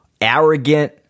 arrogant